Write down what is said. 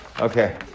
Okay